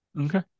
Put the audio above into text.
Okay